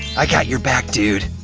i got your back, dude.